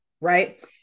right